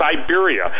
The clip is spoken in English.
Siberia